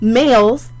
males